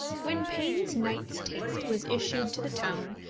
when payne knight's taste was issued to the town,